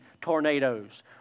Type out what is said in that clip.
tornadoes